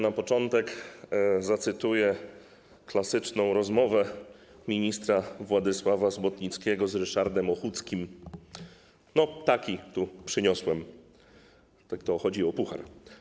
Na początek zacytuję klasyczną rozmowę ministra Władysława Złotnickiego z Ryszardem Ochódzkim: No, taki tu przyniosłem - chodzi o puchar.